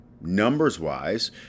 numbers-wise